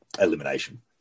elimination